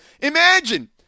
Imagine